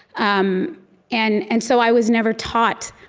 um and and so i was never taught